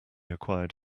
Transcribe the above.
acquired